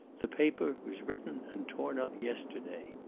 the paper was written and torn up yesterday.